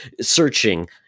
searching